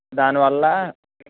దానివల్ల